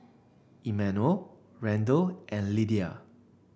Emmanuel Randell and Lydia